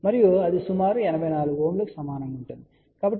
కాబట్టి ఇక్కడ చూద్దాం